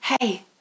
hey